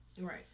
right